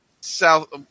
South